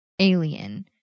alien